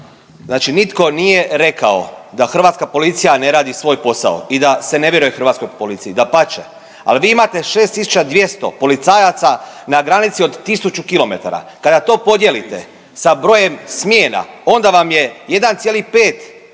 znači nitko nije rekao da hrvatska policija ne radi svoj posao i da se ne vjeruje hrvatskoj policiji, dapače, ali vi imate 6.200 policajaca na granici od 1000 km. Kada to podijelite sa brojem smjena onda vam je 1,5